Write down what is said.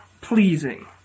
pleasing